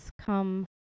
come